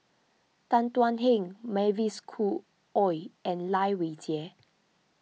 Tan Thuan Heng Mavis Khoo Oei and Lai Weijie